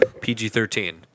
PG-13